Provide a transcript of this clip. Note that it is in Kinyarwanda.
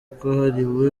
kwahariwe